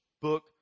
book